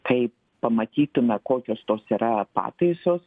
kaip pamatytume kokios tos yra pataisos